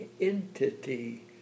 entity